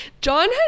John